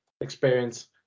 experience